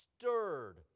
stirred